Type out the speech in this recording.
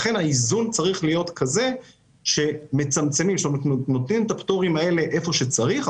האיזון צריך להיות כזה שנותנים את הפטורים האלה איפה שצריך.